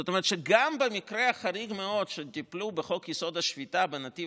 זאת אומרת שגם במקרה החריג מאוד שטיפלו בחוק-יסוד: השפיטה בנתיב